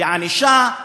בענישה,